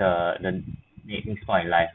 the the next point in life